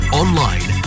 online